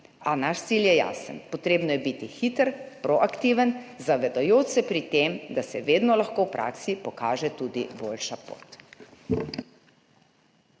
a naš cilj je jasen. Potrebno je biti hiter, proaktiven, zavedajoč se pri tem, da se vedno lahko v praksi pokaže tudi boljša pot.